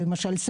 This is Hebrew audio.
למשל,